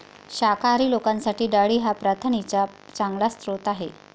शाकाहारी लोकांसाठी डाळी हा प्रथिनांचा चांगला स्रोत आहे